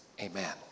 amen